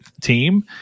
team